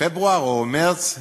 בפברואר או במרס 2015,